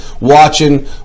watching